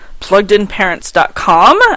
pluggedinparents.com